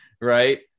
Right